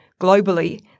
globally